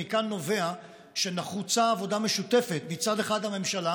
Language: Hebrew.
מכאן נובע שנחוצה עבודה משותפת: מצד אחד ממשלה